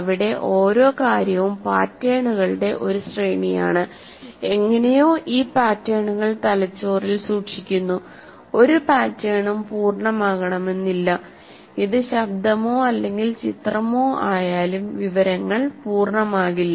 അവിടെ ഓരോ കാര്യവും പാറ്റേണുകളുടെ ഒരു ശ്രേണിയാണ് എങ്ങനെയോ ഈ പാറ്റേണുകൾ തലച്ചോറിൽ സൂക്ഷിക്കുന്നു ഒരു പാറ്റേണും പൂർണ്ണമാകണമെന്നില്ല ഇത് ശബ്ദമോ അല്ലെങ്കിൽ ചിത്രമോ ആയാലും വിവരങ്ങൾ പൂർണ്ണമാകില്ല